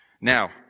Now